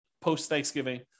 post-Thanksgiving